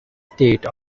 state